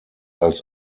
als